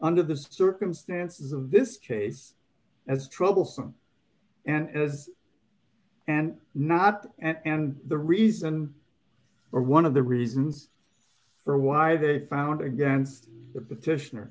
under the circumstances of this case as troublesome and as and not and the reason or one of the reasons for why they found against the petitioner